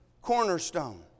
cornerstone